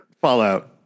Fallout